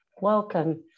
Welcome